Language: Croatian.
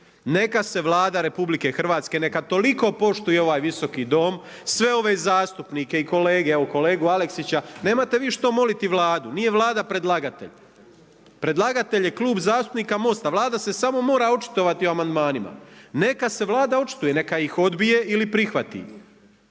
Neka se Vlada RH, neka toliko poštuje ovaj visoki Dom, sve ove zastupnike i kolege, evo kolegu Aleksića, nema te vi što moliti Vladu, nije Vlada predlagatelj. Predlagatelj je Klub zastupnika MOST-a, Vlada se samo mora očitovati o amandmanima. Neka se Vlada očituje, neka ih odbije ili prihvati.